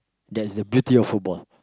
that's the beauty of football